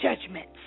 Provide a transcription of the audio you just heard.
judgments